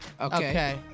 Okay